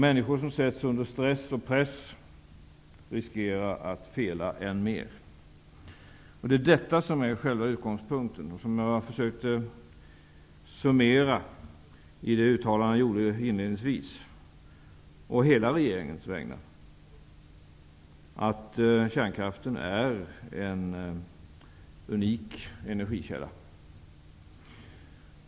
Människor som sätts under stress och press riskerar att fela än mer. Det är detta som är själva utgångspunkten, som jag försökte summera i det uttalande jag gjorde inledningsvis på hela regeringens vägnar, att kärnkraften är en unik energikälla.